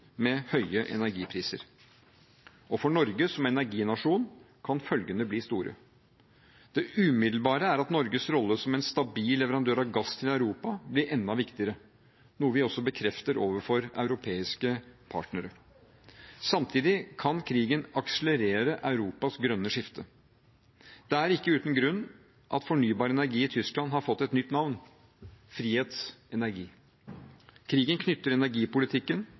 med høye energipriser. For Norge som energinasjon kan følgene bli store. Det umiddelbare er at Norges rolle som en stabil leverandør av gass til Europa blir enda viktigere, noe vi også bekrefter overfor europeiske partnere. Samtidig kan krigen akselerere Europas grønne skifte. Det er ikke uten grunn at fornybar energi i Tyskland har fått et nytt navn: frihetsenergi. Krigen knytter energipolitikken,